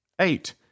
eight